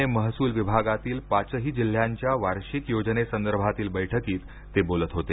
पुणे महसूल विभागातील पाचही जिल्ह्यांच्या वार्षिक योजनेसंदर्भातील बैठकीत ते बोलत होते